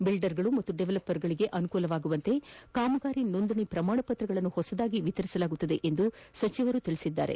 biller ಮತ್ತು ಡೆವಲಪರ್ಗಳಿಗೆ ಅನುಕೂಲವಾಗುವಂತೆ ಕಾಮಗಾರಿ ನೋಂದಣಿ ಪ್ರಮಾಣಪತ್ರಗಳನ್ನು ಹೊಸದಾಗಿ ನೀಡಲಾಗುವುದು ಎಂದು ಅವರು ತಿಳಿಸಿದರು